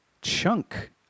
chunk